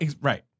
right